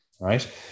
Right